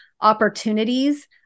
opportunities